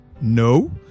No